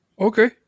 Okay